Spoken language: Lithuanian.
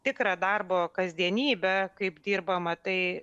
tikrą darbo kasdienybę kaip dirbama tai